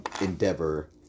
endeavor